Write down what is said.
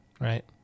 Right